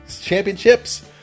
championships